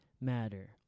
matter